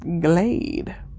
glade